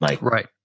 Right